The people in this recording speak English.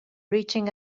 reaching